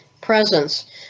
presence